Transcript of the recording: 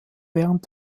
während